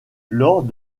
lors